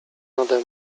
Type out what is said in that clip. nade